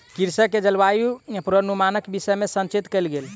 कृषक के जलवायु पूर्वानुमानक विषय में सचेत कयल गेल